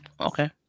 Okay